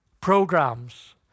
programs